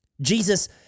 Jesus